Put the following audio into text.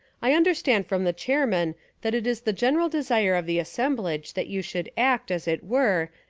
i understand from the chairman that it is the general desire of the assemblage that you should act, as it were,